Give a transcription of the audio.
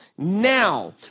Now